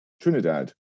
Trinidad